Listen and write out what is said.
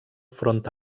front